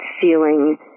feeling